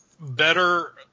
better